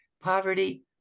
Poverty